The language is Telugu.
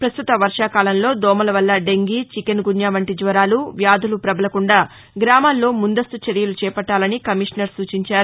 పస్తుత వర్షాకాలంలో దోమల వల్ల డెంగీ చికెన్ గున్వా వంటి జ్వరాలు వ్యాధులు పబలకుండా గ్రామాల్లో ముందస్తు చర్యలు చేపట్లాలని కమిషనర్ సూచించారు